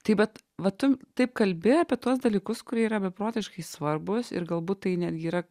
tai bet va tu taip kalbi apie tuos dalykus kurie yra beprotiškai svarbūs ir galbūt tai netgi yra